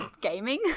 gaming